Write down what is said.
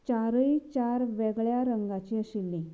चारय चार वेगळ्या रंगाचीं आशिल्लीं